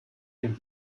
dem